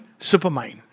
supermind